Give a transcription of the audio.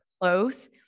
close